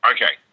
Okay